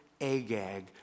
Agag